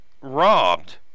robbed